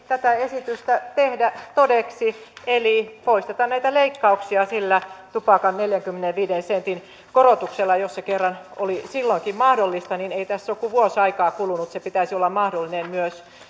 tätä esitystä ei tehdä todeksi eli poisteta näitä leikkauksia sillä tupakan neljänkymmenenviiden sentin korotuksella jos se kerran oli silloinkin mahdollista niin ei tässä ole kuin vuosi aikaa kulunut sen pitäisi olla mahdollista